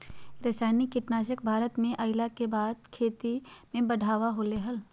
रासायनिक कीटनासक भारत में अइला के बाद से खेती में बढ़ावा होलय हें